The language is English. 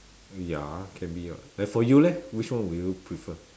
ya can be [what] therefore you leh which one would you prefer